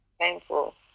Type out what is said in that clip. Painful